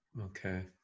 Okay